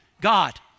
God